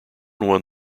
won